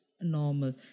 normal